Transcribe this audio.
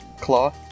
Claw